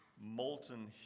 molten